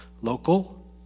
local